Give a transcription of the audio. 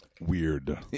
Weird